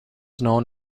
known